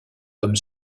comme